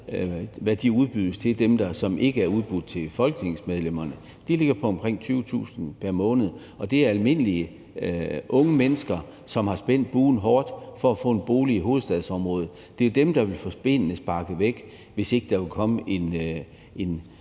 hvad de lejligheder, som ikke er tilbudt til folketingsmedlemmerne, udbydes til. De ligger på omkring 20.000 kr. pr. måned, og det er almindelige unge mennesker, som har spændt buen hårdt for at få en bolig i hovedstadsområdet. Det er dem, der vil få benene sparket væk under sig, hvis ikke der kommer et